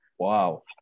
wow